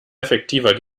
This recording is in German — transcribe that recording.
effektiver